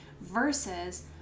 versus